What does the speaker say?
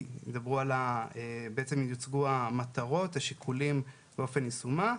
בעצם יוצגו המטרות והשיקולים באופן יישומם,